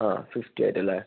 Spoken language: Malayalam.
ആ ഫിഫ്റ്റി ആയിട്ടല്ലേ